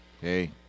Hey